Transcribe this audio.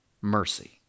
mercy